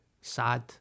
sad